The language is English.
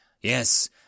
Yes